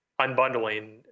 unbundling